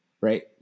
right